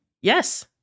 Yes